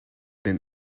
den